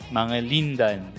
Mangalindan